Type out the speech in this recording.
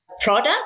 product